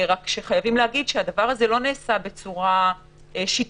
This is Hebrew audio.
אבל חייבים להגיד שהדבר הזה לא נעשה בצורה שיטתית,